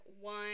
one